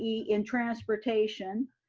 yeah in transportation,